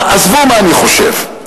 עזבו מה אני חושב.